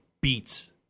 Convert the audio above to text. beats